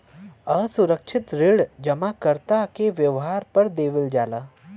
असुरक्षित ऋण जमाकर्ता के व्यवहार पे देवल जाला